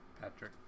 Patrick